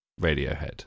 Radiohead